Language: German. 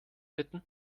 bitten